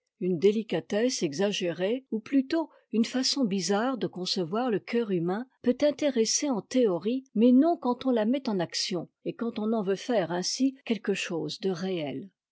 une délicatesse exagérée ou plutôt une façon bizarre de concevoir le cœur humain peut intéresser en théorie mais non quand on la met en action et qu'on en veut faire ainsi quelque chose de réei